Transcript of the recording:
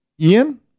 Ian